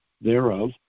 thereof